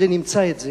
נמצא אותם.